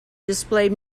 displayed